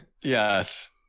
Yes